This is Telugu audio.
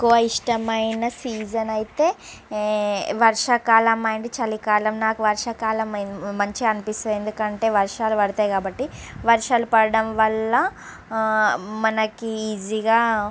నాకు ఎక్కువ ఇష్టమైన సీజన్ అయితే వర్షాకాలం అండ్ చలికాలం నాకు వర్షాకాలం మంచి అనిపిస్తుంది ఎందుకంటే వర్షాలు పడతాయి కాబట్టి వర్షాలు పడడం వల్ల ఆ మనకు ఈజీగా